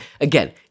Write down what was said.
again